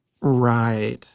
Right